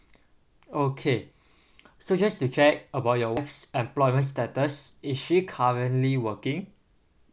okay so just to check about your s~ employment status is she currently working